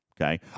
okay